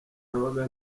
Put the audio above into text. nabaga